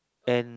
and